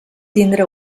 tindre